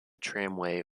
tramway